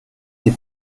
sie